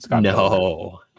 no